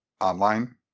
online